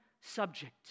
subject